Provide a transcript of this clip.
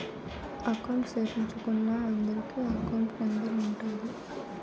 account సేపిచ్చుకున్నా అందరికి account number ఉంటాది